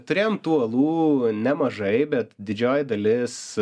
turėjom tų alų nemažai bet didžioji dalis